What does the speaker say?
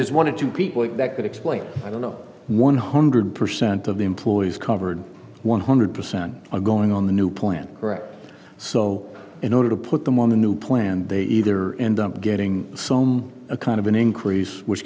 there's one or two people that could explain i don't know one hundred percent of the employees covered one hundred percent going on the new plan so in order to put them on the new plan they either end up getting some kind of an increase which